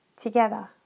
together